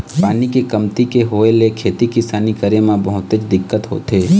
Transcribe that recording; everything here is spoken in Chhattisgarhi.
पानी के कमती के होय ले खेती किसानी करे म बहुतेच दिक्कत होथे